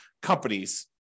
companies